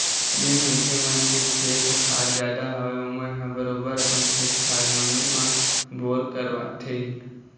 जेन मनखे मन के खेत खार जादा हवय ओमन ह बरोबर अपन खेत खार मन म बोर करवाथे ही